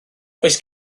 oes